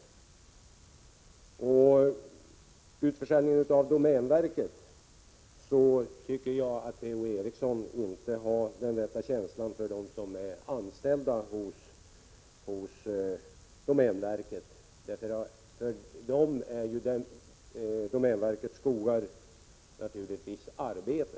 När det gäller utförsäljningen av domänverket, tycker jag att P.-O. Eriksson inte har den rätta känslan för dem som är anställda hos domänverket. För dem innebär naturligtvis domänverkets skogar arbete.